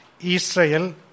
Israel